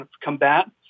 combat